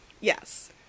Yes